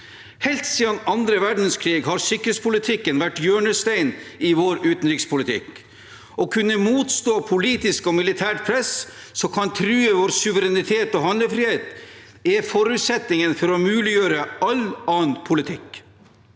Helt siden annen verdenskrig har sikkerhetspolitikken vært hjørnesteinen i vår utenrikspolitikk. Å kunne motstå politisk og militært press som kan true vår suverenitet og handlefrihet, er forutsetningen for å muliggjøre all annen politikk.